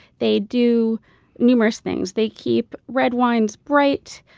they do numerous things. they keep red wines bright.